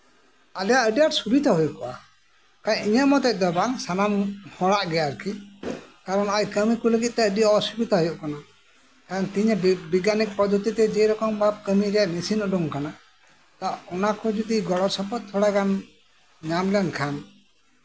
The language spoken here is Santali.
ᱟᱞᱮᱭᱟᱜ ᱟᱹᱰᱤ ᱟᱸᱴ ᱥᱩᱵᱤᱫᱷᱟ ᱦᱳᱭᱠᱚᱜᱼᱟ ᱤᱧᱟᱹᱜ ᱢᱚᱛᱚ ᱫᱚ ᱵᱟᱝ ᱥᱟᱱᱟᱢ ᱦᱚᱲᱟᱜ ᱜᱮ ᱟᱨᱠᱤ ᱠᱟᱨᱚᱱ ᱠᱟᱹᱢᱤ ᱠᱚ ᱞᱟᱹᱜᱤᱫ ᱛᱮ ᱟᱹᱰᱤ ᱚᱥᱩᱵᱤᱫᱷᱟ ᱦᱩᱭᱩᱜ ᱠᱟᱱᱟ ᱛᱮᱦᱮᱧᱟᱜ ᱵᱤᱜᱽᱜᱟᱱᱤᱠ ᱯᱚᱫᱽᱫᱷᱚᱛᱤ ᱠᱟᱹᱢᱤ ᱨᱮᱭᱟᱜ ᱢᱮᱥᱤᱱ ᱩᱰᱩᱠ ᱠᱟᱱᱟ ᱚᱱᱟᱠᱚ ᱡᱚᱫᱤ ᱜᱚᱲᱚ ᱥᱚᱯᱚᱦᱚᱫ ᱛᱷᱚᱲᱟᱜᱟᱱ ᱧᱟᱢ ᱞᱮᱱᱠᱷᱟᱱ